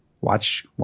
watch